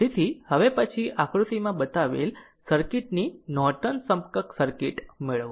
તેથી હવે પછી આકૃતિમાં બતાવેલ સર્કિટ ની નોર્ટન સમકક્ષ સર્કિટ મેળવો